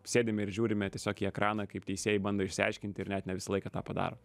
sėdime ir žiūrime tiesiog į ekraną kaip teisėjai bando išsiaiškinti ir net ne visą laiką tą padaro